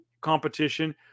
competition